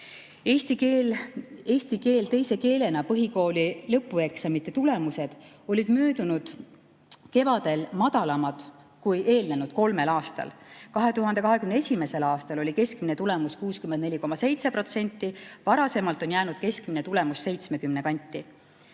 Eesti keele teise keelena põhikooli lõpueksamite tulemused olid möödunud kevadel madalamad kui eelnenud kolmel aastal. 2021. aastal oli keskmine tulemus 64,7%, varasemalt on jäänud keskmine tulemus 70% kanti.